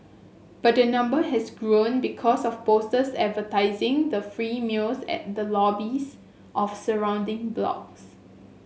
but the number has grown because of posters advertising the free meals at the lobbies of surrounding blocks